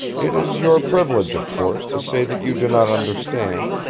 it is your privilege, of course, to say that you do not understand.